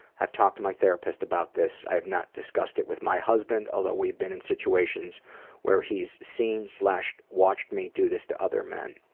i've talked to my therapist about this, i have not discussed it with my husband, although we've been in situations where he's seen watched me do this to other men.